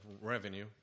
revenue